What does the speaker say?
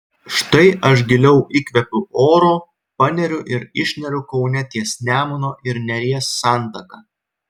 štai aš giliau įkvepiu oro paneriu ir išneriu kaune ties nemuno ir neries santaka